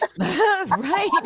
Right